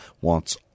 wants